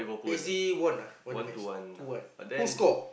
P_S_G won ah won the match who won who score